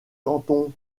canton